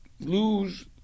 lose